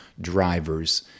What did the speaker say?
drivers